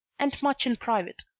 and much in private.